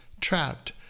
trapped